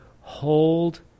Hold